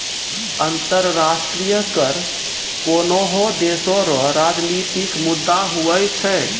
अंतर्राष्ट्रीय कर कोनोह देसो रो राजनितिक मुद्दा हुवै छै